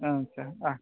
ᱟᱪᱷᱟ